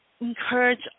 encourage